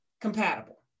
compatible